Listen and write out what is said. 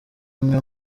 umwe